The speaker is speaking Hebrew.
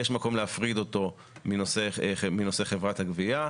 יש מקום להפריד אותו מנושא חברת הגבייה.